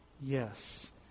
Yes